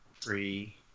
Three